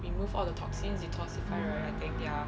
remove all the toxins detoxify right I think ya